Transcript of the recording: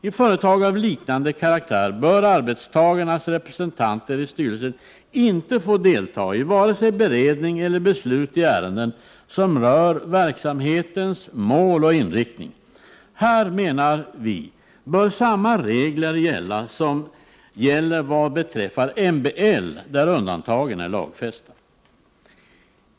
I företag av liknande karaktär bör arbetstagarnas representanter i styrelsen inte få delta i vare sig beredning eller beslut i ärenden som rör verksamhetens mål och inriktning. Här, menar vi, bör reglerna vara desamma som i MBL, där undantagen är lagfästa.